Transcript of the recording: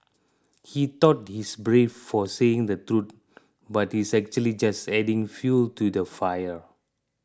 he thought he's brave for saying the truth but he's actually just adding fuel to the fire